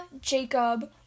Jacob